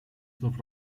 znów